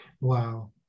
Wow